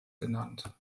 genannt